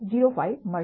05 મળશે